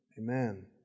Amen